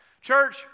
Church